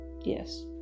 Yes